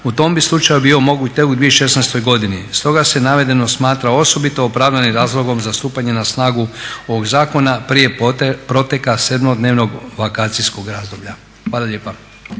U tom bi slučaju bio moguć tek u 2016.godini. Stoga se navedeno smatra osobito opravdanim razlogom za stupanje na snagu ovog zakona prije proteka sedmodnevnog vakacijskog razdoblja. Hvala lijepa.